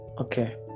okay